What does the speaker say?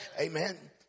Amen